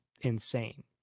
insane